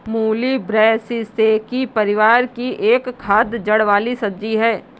मूली ब्रैसिसेकी परिवार की एक खाद्य जड़ वाली सब्जी है